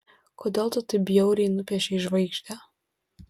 kodėl tu taip bjauriai nupiešei žvaigždę